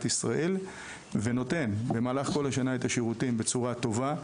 ישראל ונותן במהלך כל השנה את השירותים בצורה טובה,